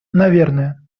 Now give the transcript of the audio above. наверное